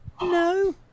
No